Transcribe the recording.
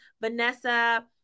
Vanessa